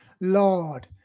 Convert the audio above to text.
lord